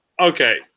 okay